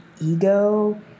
ego